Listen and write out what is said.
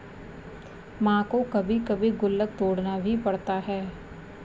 मां को कभी कभी गुल्लक तोड़ना भी पड़ता है